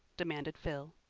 demanded phil.